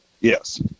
yes